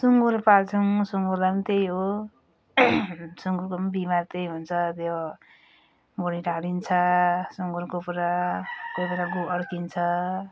सुँगुर पाल्छौँ सुँगुरलाई पनि त्यही हो सुँगुरको पनि बिमार त्यही हुन्छ त्यो भुँडी ढाडिन्छ सुँगुरको पुरा कोही बेला गुहु अड्किन्छ